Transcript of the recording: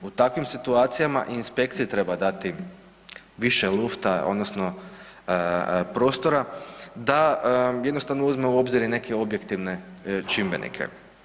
U takvim situacijama inspekciji treba dati više lufta odnosno prostora da jednostavno uzme u obzir i neke objektivne čimbenike.